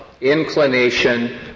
inclination